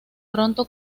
pronto